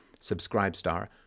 subscribestar